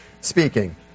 speaking